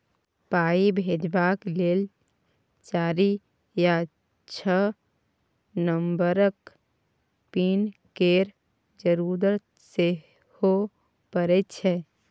पाइ भेजबाक लेल चारि या छअ नंबरक पिन केर जरुरत सेहो परय छै